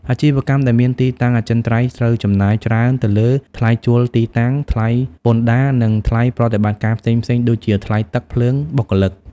អាជីវកម្មដែលមានទីតាំងអចិន្ត្រៃយ៍ត្រូវចំណាយច្រើនទៅលើ ថ្លៃជួលទីតាំង ថ្លៃពន្ធដារ និងថ្លៃប្រតិបត្តិការផ្សេងៗ ដូចជាថ្លៃទឹក ភ្លើង បុគ្គលិក។